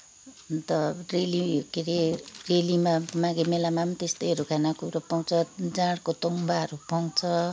अन्त रेली के अरे रेलीमा माघे मेलामा पनि त्यस्तैहरू खानाकुरो पाउँछ जाँडको तोङ्बाहरू पाउँछ